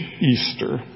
Easter